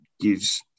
gives